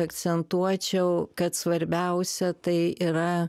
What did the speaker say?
akcentuočiau kad svarbiausia tai yra